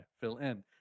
Fill-in